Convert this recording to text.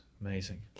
amazing